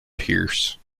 pierce